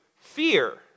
fear